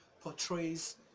portrays